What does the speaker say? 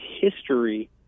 history